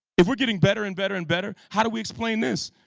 if we're getting better and better and better how do we explain this?